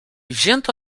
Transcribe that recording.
wzięto